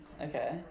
Okay